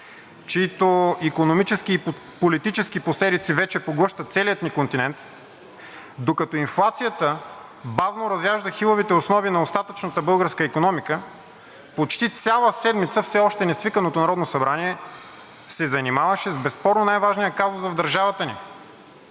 чиито икономически и политически последици вече поглъщат целия ни континент, докато инфлацията бавно разяжда хилавите основи на остатъчната българска икономика, почти цяла седмица все още несвиканото Народно събрание се занимаваше с безспорно най-важния казус в държавата ни